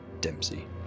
Dempsey